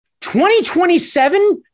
2027